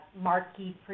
marquee